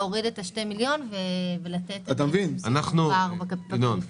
להוריד את שני המיליון ולתת --- משופר בפריפריה.